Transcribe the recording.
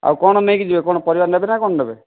ଆଉ କ'ଣ ନେଇକି ଯିବେ କ'ଣ ପରିବା ନେବେ ନା କ'ଣ ନେବେ